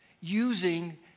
using